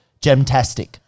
gemtastic